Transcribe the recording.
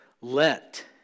Let